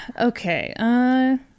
Okay